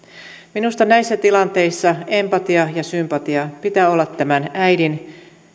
minusta näissä tilanteissa empatiaa ja sympatiaa pitää olla tämän äidin